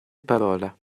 parola